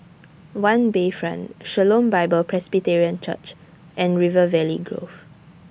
O U E Bayfront Shalom Bible Presbyterian Church and River Valley Grove